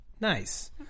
Nice